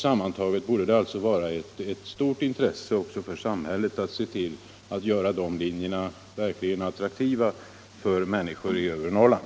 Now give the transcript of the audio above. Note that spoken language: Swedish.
Det borde vara av stort intresse också för samhället att göra dessa linjer attraktiva för människor i övre Norrland.